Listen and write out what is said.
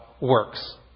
works